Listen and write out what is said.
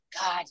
God